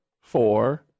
four